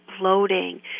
bloating